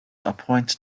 appointed